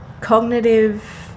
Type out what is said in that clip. cognitive